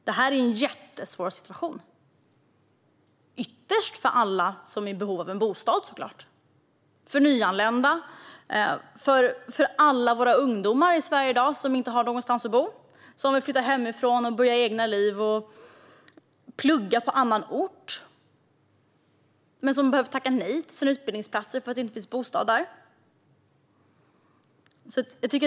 Detta är en jättesvår situation, ytterst såklart för alla som är i behov av en bostad - för nyanlända och för alla våra ungdomar i Sverige som inte har någonstans att bo och som vill flytta hemifrån och börja egna liv eller plugga på annan ort men som kanske behöver tacka nej till en utbildningsplats för att det inte finns någon bostad på studieorten.